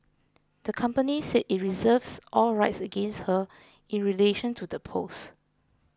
the company said it reserves all rights against her in relation to the post